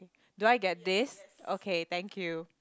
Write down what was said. do I get this okay thank you